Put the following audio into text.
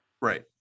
Right